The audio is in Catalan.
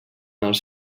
els